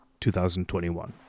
2021